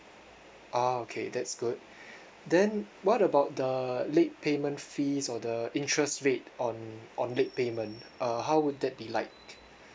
orh okay that's good then what about the late payment fees or the interest rate on on late payment uh how would that be like